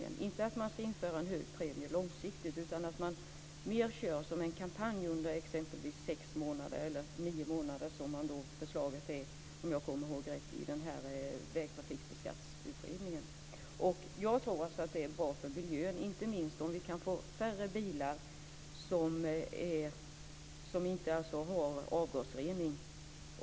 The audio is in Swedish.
Jag tror inte att man ska införa en hög premie långsiktigt, utan att man kör det hela som en kampanj under exempelvis sex eller nio månader, vilket förslaget i Vägtrafikbeskattningsutredningen innebär om jag kommer ihåg rätt. Jag tror att det är bra för miljön om vi kan få färre bilar som inte har avgasrening.